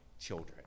children